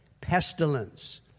pestilence